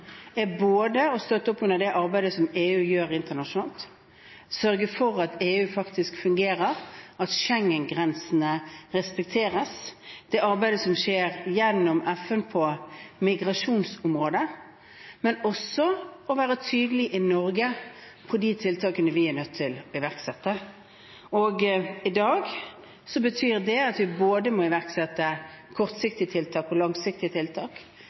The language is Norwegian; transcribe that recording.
å støtte opp under det arbeidet som EU gjør internasjonalt, sørge for at EU faktisk fungerer, at Schengen-grensene respekteres, og støtte opp under det arbeidet som skjer gjennom FN på migrasjonsområdet, men vi må også være tydelig i Norge på de tiltakene vi er nødt til å iverksette. I dag betyr det at vi må iverksette både kortsiktige tiltak og langsiktige tiltak.